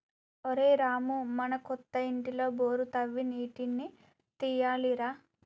ఒరేయ్ రామూ మన కొత్త ఇంటిలో బోరు తవ్వి నీటిని తీయాలి రా